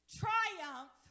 triumph